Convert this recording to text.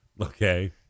Okay